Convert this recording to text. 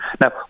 Now